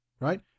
Right